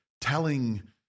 telling